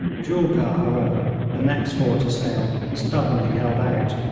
julgah, however, the next fort assailed, stubbornly held out,